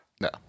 No